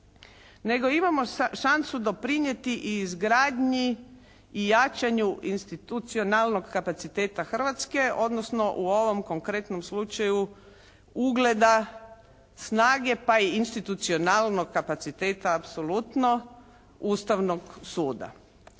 Nego imamo šansu doprinijeti i izgradnji i jačanju institucionalnog kapaciteta Hrvatske, odnosno u ovom konkretnom slučaju ugleda snage pa i institucionalnog kapaciteta apsolutno Ustavnog suda.